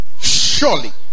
Surely